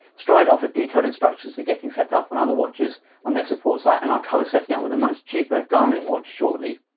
stryd offer detailed instructions for getting setup on other watches on their support site and i'll cover setting up with a much cheaper garmin watch shortly.